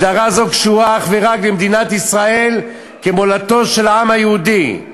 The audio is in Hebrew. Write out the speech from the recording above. הגדרה זו קשורה אך ורק למדינת ישראל כמולדתו של העם היהודי.